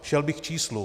Šel bych k číslům.